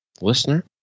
listener